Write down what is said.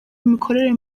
imikorere